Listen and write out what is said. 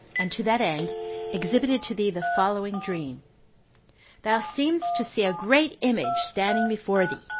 and to that end exhibited to thee the following dream thou seemedst to see a great image standing before thee,